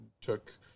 took